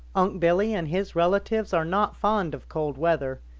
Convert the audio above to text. unc' billy and his relatives are not fond of cold weather.